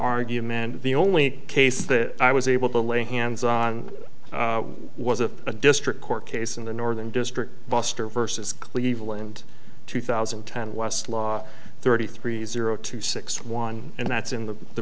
that the only case that i was able to lay hands on was a district court case in the northern district buster versus cleveland two thousand and ten west law thirty three zero two six one and that's in the